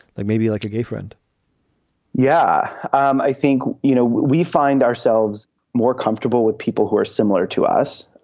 like maybe like a gay friend yeah, i think, you know, we find ourselves more comfortable with people who are similar to us.